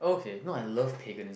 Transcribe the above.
okay not I love Pegan's